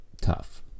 tough